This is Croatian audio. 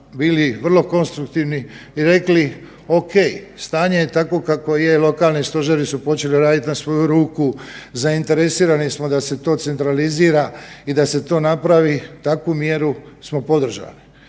bili vrlo konstruktivni i rekli ok, stanje je takvo kakvo je, lokalni stožeri su počeli raditi na svoju ruku, zainteresirani smo da se to centralizira i da se to napravi takvu mjeru smo podržali.